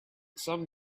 some